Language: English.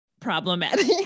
problematic